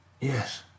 Yes